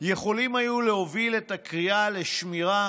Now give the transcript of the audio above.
יכולים היו להוביל את הקריאה לשמירה